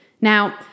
Now